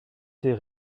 ces